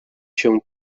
się